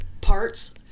parts